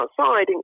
outside